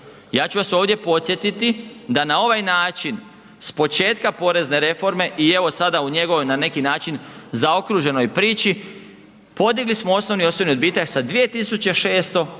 Ja ću vas ovdje podsjetiti da na ovaj način s početka porezne reforme i evo sada u njegovoj na neki način, zaokruženoj prili, podigli smo osnovni osobni odbitak sa 2600